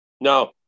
No